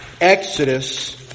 Exodus